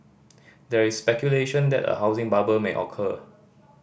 there is speculation that a housing bubble may occur